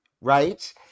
Right